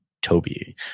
Toby